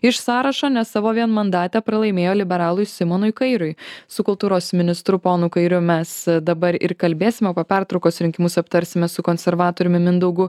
iš sąrašo nes savo vienmandatę pralaimėjo liberalui simonui kairiui su kultūros ministru ponu kairiu mes dabar ir kalbėsim o po pertraukos rinkimus aptarsime su konservatoriumi mindaugu